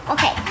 Okay